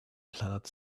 planet